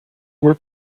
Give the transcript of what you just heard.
were